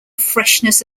freshness